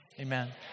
Amen